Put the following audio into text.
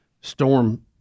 storm